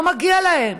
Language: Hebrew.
לא מגיע להם.